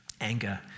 Anger